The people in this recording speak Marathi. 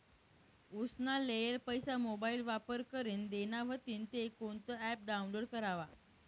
उसना लेयेल पैसा मोबाईल वापर करीन देना व्हतीन ते कोणतं ॲप डाऊनलोड करवा?